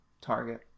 target